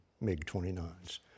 MiG-29s